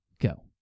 Go